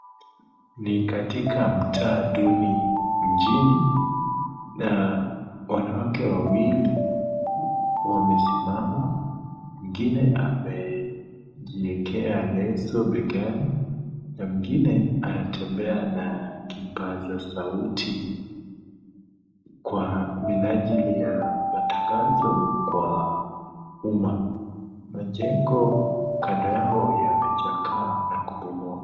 Ni katika mtaa duni nchini, na wanawake wawili wamesimama. Mwingine amejiekea leso begani na mwingine anatembea na kipaza sauti kwa minajili ya matangazo kwa umma. Majengo kando yao yamechakaa na kubomoka.